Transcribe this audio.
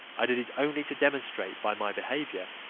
i did it only to demonstrate by my behaviour,